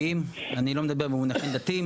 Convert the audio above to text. ויושב-ראש ועדת העלייה,